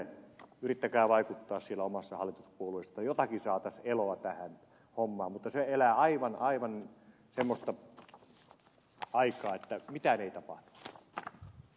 yrittäkää vaikuttaa siellä omassa hallituspuolueessanne että jotakin eloa saataisiin tähän hommaan mutta se elää aivan semmoista aikaa että mitään ei tapahdu